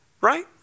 right